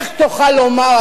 איך תוכל לומר,